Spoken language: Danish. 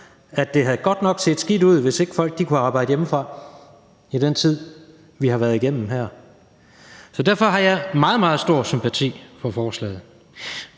at det godt nok havde set skidt ud, hvis folk ikke havde kunnet arbejde hjemmefra i den tid, vi har været igennem. Derfor har jeg meget, meget stor sympati for forslaget.